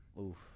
Oof